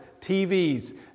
TVs